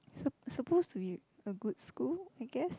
sup~ supposed to be a good school I guess